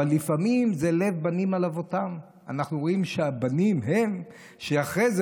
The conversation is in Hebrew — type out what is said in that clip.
אבל לפעמים זה "לב בנים על אבותם" אנחנו רואים שהבנים הם שאחרי זה